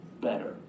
better